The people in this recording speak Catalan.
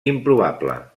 improbable